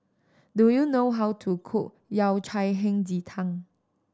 do you know how to cook Yao Cai Hei Ji Tang